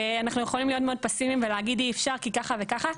אנחנו יכולים להיות מאוד פסימיים ולהגיד אי אפשר כי ככה וככה,